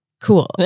cool